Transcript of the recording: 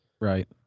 Right